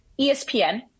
ESPN